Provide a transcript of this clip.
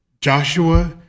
Joshua